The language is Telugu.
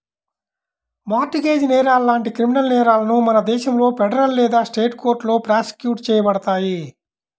మార్ట్ గేజ్ నేరాలు లాంటి క్రిమినల్ నేరాలను మన దేశంలో ఫెడరల్ లేదా స్టేట్ కోర్టులో ప్రాసిక్యూట్ చేయబడతాయి